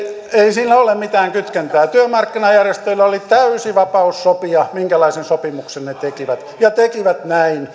siinä ole mitään kytkentää työmarkkinajärjestöillä oli täysi vapaus sopia minkälaisen sopimuksen ne tekivät ja ne tekivät